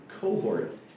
cohort